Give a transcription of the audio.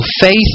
faith